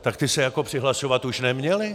Tak ti se jako přihlašovat už neměli?